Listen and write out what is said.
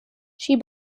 she